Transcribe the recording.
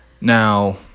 Now